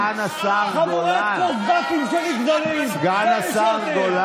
סובל מפיצול אישיות.